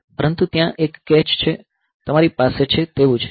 પરંતુ ત્યાં એક કેચ છે તમારી પાસે છે તેવુ જ